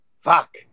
fuck